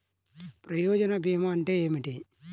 ప్రయోజన భీమా అంటే ఏమిటి?